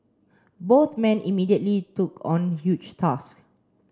both men immediately took on huge task